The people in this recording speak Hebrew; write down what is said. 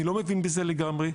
אני לא מבין בזה לגמרי,